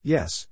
Yes